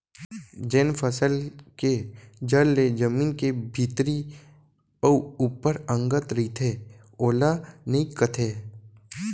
जेन फसल के जर ले जमीन के भीतरी अउ ऊपर अंगत रइथे ओला नइई कथें